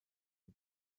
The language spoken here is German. die